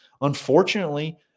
unfortunately